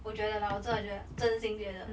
我觉得啦我觉得真心觉得